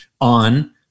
on